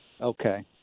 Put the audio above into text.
Okay